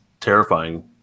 terrifying